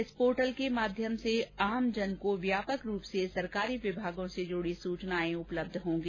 इस पोर्टल के माध्यम से आमजन को व्यापक रूप से सरकारी विभागों से जुड़ी सूचनाये उपलब्ध होंगी